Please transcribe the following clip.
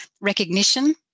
recognition